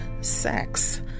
sex